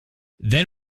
then